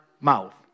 mouth